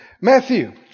Matthew